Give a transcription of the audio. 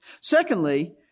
Secondly